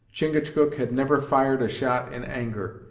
chingachgook had never fired a shot in anger,